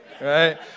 right